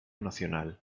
nacional